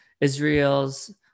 Israel's